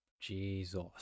Jesus